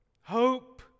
hope